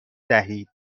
دهید